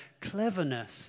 cleverness